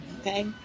okay